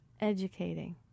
educating